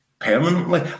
permanently